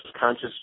conscious